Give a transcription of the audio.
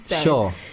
Sure